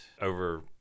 over